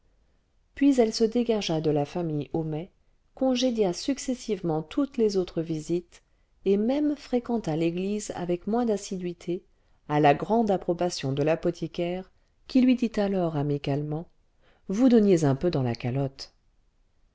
puis elle se dégagea de la famille homais congédia successivement toutes les autres visites et même fréquenta l'église avec moins d'assiduité à la grande approbation de l'apothicaire qui lui dit alors amicalement vous donniez un peu dans la calotte